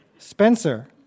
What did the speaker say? Spencer